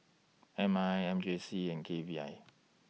M I M J C and K V I